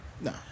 no